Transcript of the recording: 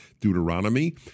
Deuteronomy